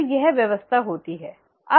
तो यह व्यवस्था होती है